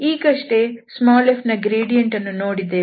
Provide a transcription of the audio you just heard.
ಈಗಷ್ಟೇ ನಾವು f ನ ಗ್ರೇಡಿಯಂಟ್ ಅನ್ನು ನೋಡಿದ್ದೇವೆ